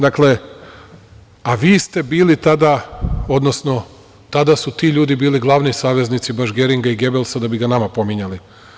Dakle, a vi ste bili tada, odnosno tada su ti ljudi bili glavni saveznici, baš Geringa i Gebelsa, da bi ga nama pominjali.